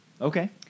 Okay